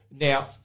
Now